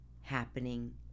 happening